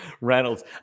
Reynolds